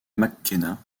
mckenna